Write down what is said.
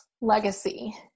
Legacy